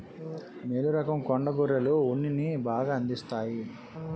మేలు రకం కొండ గొర్రెలు ఉన్నిని బాగా అందిస్తాయి